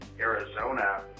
Arizona